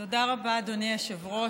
תודה רבה, אדוני היושב-ראש.